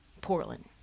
Portland